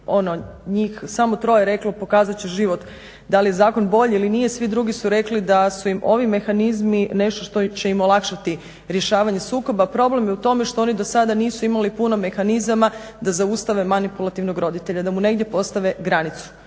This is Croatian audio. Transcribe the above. je njih samo troje reklo 'pokazat će život dal je zakon bolji ili nije', svi drugi su rekli da su im ovi mehanizmi nešto što će im olakšati rješavanje sukoba. Problem je u tome što oni do sada nisu imali puno mehanizama da zaustave manipulativnog roditelja, da mu negdje postave granicu.